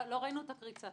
לא ראינו את הקריצה.